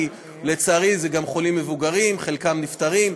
כי לצערי אלה גם חולים מבוגרים וחלקם נפטרים.